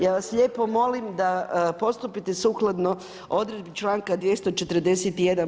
Ja vas lijepo molim da postupite sukladno odredbi članka 241.